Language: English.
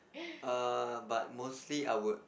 err but mostly I would